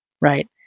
Right